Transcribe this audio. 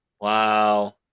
Wow